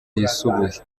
yisubuye